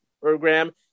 program